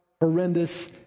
horrendous